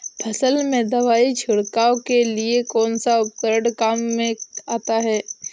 फसल में दवाई छिड़काव के लिए कौनसा उपकरण काम में आता है?